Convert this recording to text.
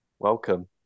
Welcome